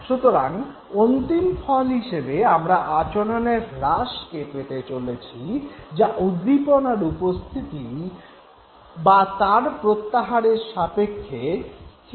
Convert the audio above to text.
সুতরাং অন্তিম ফল হিসেবে আমরা আচরণের হ্রাসকে পেতে চলেছি যা উদ্দীপনার উপস্থিতি বা তার প্রত্যাহারের সাপেক্ষে স্থির করা হয়